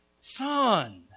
son